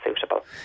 suitable